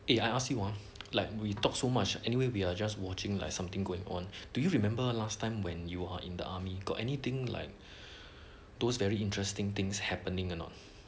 eh I ask you hor like we talk so much anyway we are just watching like something going on do you remember last time when you are in the army got anything like those very interesting things happening or not